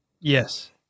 Yes